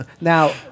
Now